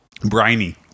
Briny